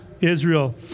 Israel